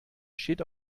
steht